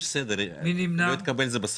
לא התקבל.